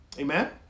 Amen